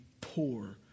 poor